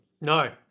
No